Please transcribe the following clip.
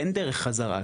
אין דרך חזרה.